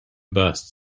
bust